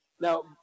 Now